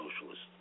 socialist